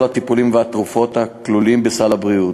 הטיפול והתרופות הכלולים בסל הבריאות,